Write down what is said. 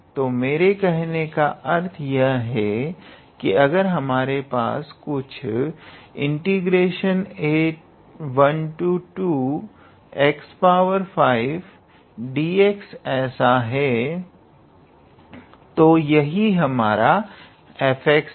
तो मेरे कहने का अर्थ यह है कि अगर हमारे पास कुछ 12x5dx ऐसा है तो यही हमारा f है